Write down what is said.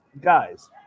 guys